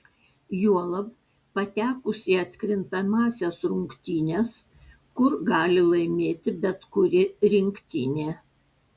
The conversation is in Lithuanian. juolab patekus į atkrintamąsias rungtynes kur gali laimėti bet kuri rinktinė